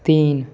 तीन